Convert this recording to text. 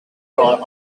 for